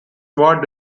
what